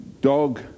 dog